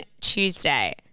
Tuesday